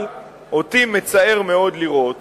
אבל אותי מצער מאוד לראות